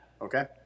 Okay